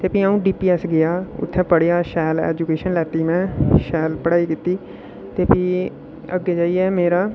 ते भी अ'ऊं डी पी ऐस्स गेआ उत्थै पढ़ेआ शैल एजूकेशन लैती में शैल पढ़ाई कीती ते भी अग्गें जाइयै मेरा